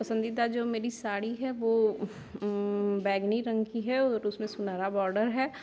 पसन्दीदा जो मेरी साड़ी है वह बैगनी रंग की है और उसमें सुनहरा बॉर्डर है